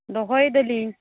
ᱫᱚᱦᱚᱭᱮᱫᱟᱞᱤᱧ